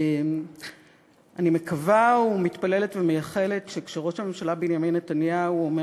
ואני מקווה ומתפללת ומייחלת שכשראש הממשלה בנימין נתניהו אומר